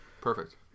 Perfect